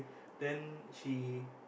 then she